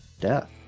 Death